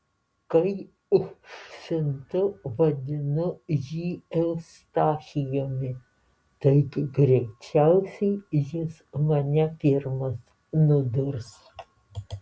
kai užsiuntu vadinu jį eustachijumi taigi greičiausiai jis mane pirmas nudurs